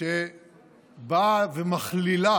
הצעה שבאה ומכלילה